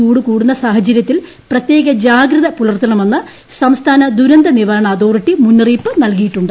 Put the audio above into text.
ചൂട് കൂടുന്ന സാഹചര്യത്തിൽ പ്രത്യേക ജാഗ്രത പുലർത്തണമെന്ന് സംസ്ഥാന ദുരന്ത നിവാരണ അതോറിറ്റി മുന്നറിയിപ്പ് നൽകിയിട്ടുണ്ട്